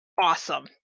awesome